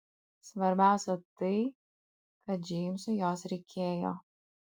svarbiausia tai kad džeimsui jos reikėjo